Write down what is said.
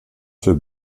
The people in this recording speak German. für